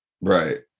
Right